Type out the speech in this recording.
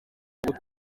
ubu